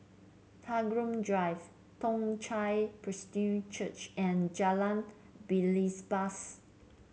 Tagore Drive Toong Chai Presbyterian Church and Jalan Belibas